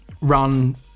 run